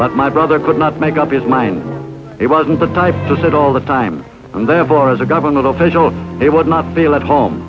but my brother could not make up his mind it wasn't the type to sit all the time and therefore as a government official it would not be allowed home